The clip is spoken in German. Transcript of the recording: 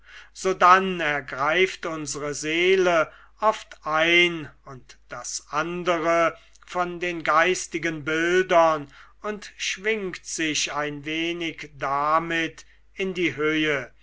sodann ergreift unsre seele oft ein und das andere von den geistigen bildern und schwingt sich ein wenig damit in die höhe